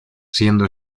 siendo